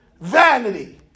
Vanity